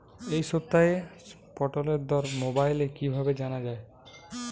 এই সপ্তাহের পটলের দর মোবাইলে কিভাবে জানা যায়?